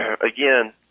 Again